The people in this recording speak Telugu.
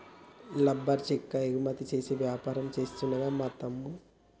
లుంబర్ చెక్క ఎగుమతి చేసే వ్యాపారం చేస్తుండు మా తమ్ముడు